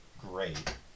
great